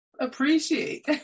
appreciate